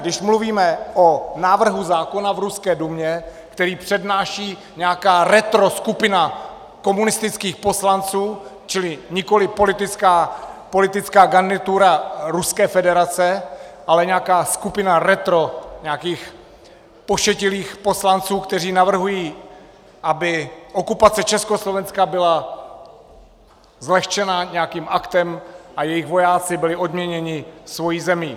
Když mluvíme o návrhu zákona v ruské Dumě, který přednáší nějaká retro skupina komunistických poslanců, čili nikoliv politická garnitura Ruské federace, ale nějaká skupina retro nějakých pošetilých poslanců, kteří navrhují, aby okupace Československa byla zlehčena nějakým aktem a jejich vojáci byli odměněni svou zemí.